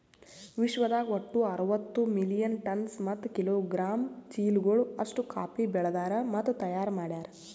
ವಿಶ್ವದಾಗ್ ಒಟ್ಟು ಅರವತ್ತು ಮಿಲಿಯನ್ ಟನ್ಸ್ ಮತ್ತ ಕಿಲೋಗ್ರಾಮ್ ಚೀಲಗಳು ಅಷ್ಟು ಕಾಫಿ ಬೆಳದಾರ್ ಮತ್ತ ತೈಯಾರ್ ಮಾಡ್ಯಾರ